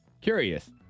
Curious